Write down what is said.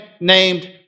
named